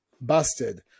busted